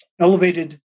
elevated